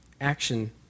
action